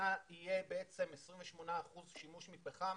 יהיה 28% שימוש בפחם.